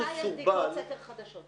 כל שנה יש בדיקות סקר חדשות.